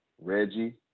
Reggie